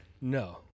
No